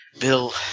Bill